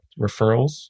referrals